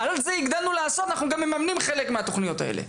הגדלנו לעשות ואנחנו גם מממנים את תוכניות הלימוד האלו.